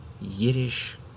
Yiddish